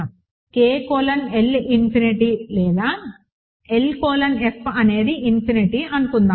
K colon L infinity లేదా L colon F అనేది infinity అని అనుకుందాం